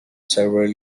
several